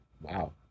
Wow